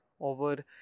over